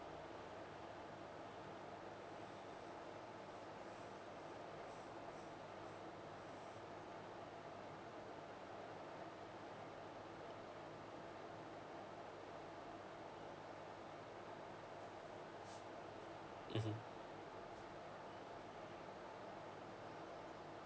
mmhmm